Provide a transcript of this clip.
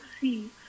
see